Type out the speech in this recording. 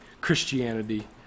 Christianity